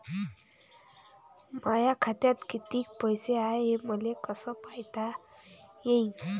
माया खात्यात कितीक पैसे हाय, हे मले कस पायता येईन?